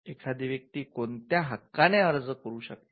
एखादी व्यक्ती कोणत्या हक्काने अर्ज करू शकते